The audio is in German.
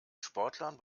sportlern